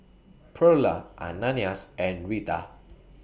Pearla Ananias and Reta